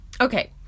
Okay